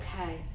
Okay